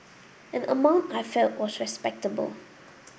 an amount I felt was respectable